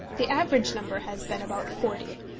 the average number has been about forty.